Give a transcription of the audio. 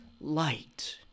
light